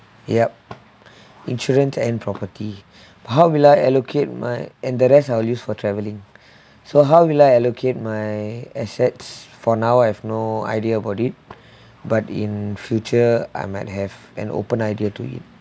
yup insurance and property perhaps I'll allocate my and the rest I will use for traveling so how will I allocate my assets for now I have no idea about it but in future I might have an open idea to it